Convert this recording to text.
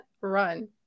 run